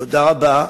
תודה רבה.